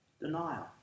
Denial